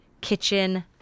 kitchen